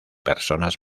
personas